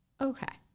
Okay